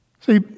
See